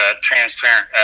transparent